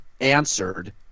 answered